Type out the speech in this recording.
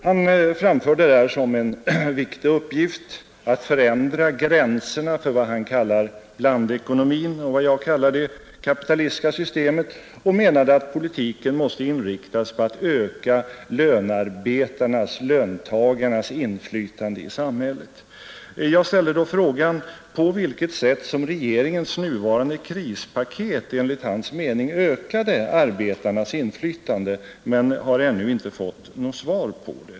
Han framförde som en viktig uppgift att förändra gränserna för vad han kallar blandekonomin och vad jag kallar det kapitalistiska systemet och menade att politiken måste inriktas på att öka lönarbetarnas inflytande i samhället. Jag ställde då frågan på vilket sätt som regeringens nuvarande krispaket enligt hans mening ökar arbetarnas inflytande, men den frågan har jag ännu inte fått svar på.